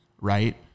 right